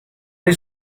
hay